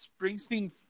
Springsteen